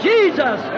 Jesus